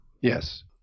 Yes